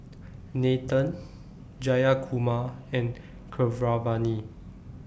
Nathan Jayakumar and Keeravani